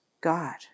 God